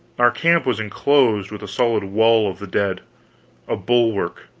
our camp was enclosed with a solid wall of the dead a bulwark,